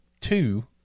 two